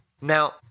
Now